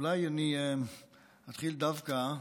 אולי אני אתחיל דווקא,